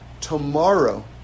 tomorrow